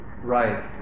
Right